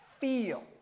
feel